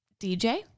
DJ